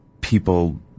people